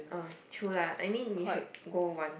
ah true lah I mean you should go once